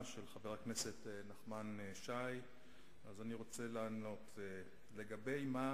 חבר הכנסת נחמן שי שאל את שר החוץ ביום ח'